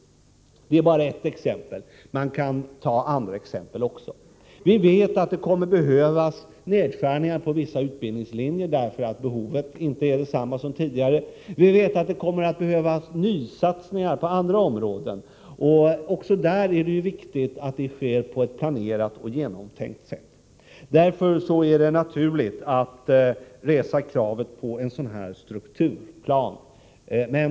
Detta är ett exempel, man kan ta andra exempel också. Vi vet att det kommer att behövas nedskärningar på vissa utbildningslinjer därför att behovet inte är detsamma som tidigare. Vi vet att det kommer att behövas nysatsningar på andra områden, och även där är det viktigt att det sker på ett planerat och genomtänkt sätt. Därför är det naturligt att resa kravet på en strukturplan.